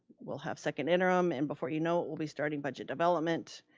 we'll have second interim and before you know it we'll be starting budget development.